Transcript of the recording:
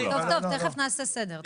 טוב, תכף נעשה סדר.